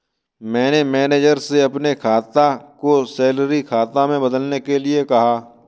मैंने मैनेजर से अपने खाता को सैलरी खाता में बदलने के लिए कहा